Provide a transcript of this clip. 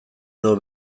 edo